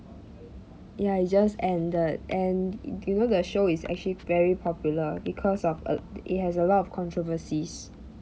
ya it just ended and you know the show is actually very popular because of a it has a lot of controversies